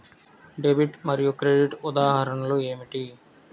Debit మరియు credit ఉదాహరణలు ఏమిటీ?